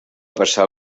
passar